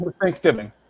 Thanksgiving